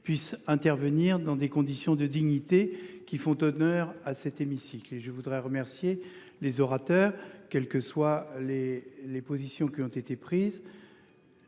puissent intervenir dans des conditions de dignité qui font honneur à cet hémicycle et je voudrais remercier les orateurs, quelles que soient les les positions qui ont été prises.